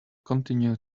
continue